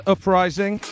Uprising